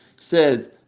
Says